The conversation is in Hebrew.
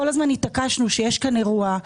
ובאמת, כל הזמן התעקשנו שיש כאן אירוע.